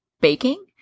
baking